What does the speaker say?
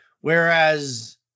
Whereas